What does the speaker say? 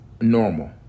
normal